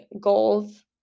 goals